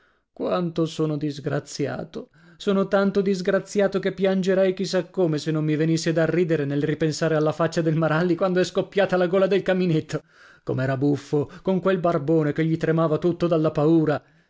quanto sono disgraziato sono tanto disgraziato che piangerei chi sa come se non mi venisse da ridere nel ripensare alla faccia del maralli quando è scoppiata la gola del camminetto com'era buffo con quel barbone che gli tremava tutto dalla paura